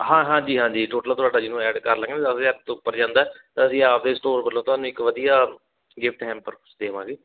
ਹਾਂ ਹਾਂਜੀ ਹਾਂਜੀ ਟੋਟਲ ਤੁਹਾਡਾ ਜਿਹਨੂੰ ਐਡ ਕਰ ਲਵਾਂਗੇ ਦਸ ਹਜ਼ਾਰ ਤੋਂ ਉੱਪਰ ਜਾਂਦਾ ਤਾਂ ਅਸੀਂ ਆਪਣੇ ਸਟੋਰ ਵੱਲੋਂ ਤੁਹਾਨੂੰ ਇੱਕ ਵਧੀਆ ਗਿਫਟ ਹੈਮਪਰ ਦੇਵਾਂਗੇ